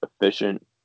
efficient